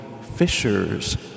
fishers